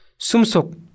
Sumsok